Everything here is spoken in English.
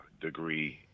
degree